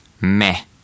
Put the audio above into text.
meh